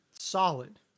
solid